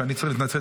כשאני צריך להתנצל,